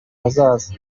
hazaza